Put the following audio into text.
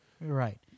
Right